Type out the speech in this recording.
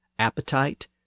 appetite